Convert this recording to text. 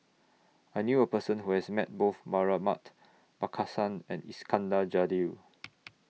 I knew A Person Who has Met Both Markasan and Iskandar Jalil